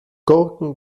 gurken